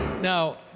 Now